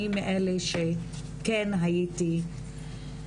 אני מאלה שכן הייתי,